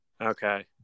Okay